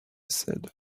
said